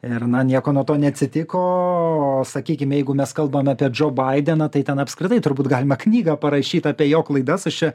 ir na nieko nuo to neatsitiko o sakykim jeigu mes kalbam apie džo baideną tai ten apskritai turbūt galima knygą parašyt apie jo klaidas aš čia